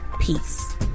Peace